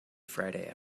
friday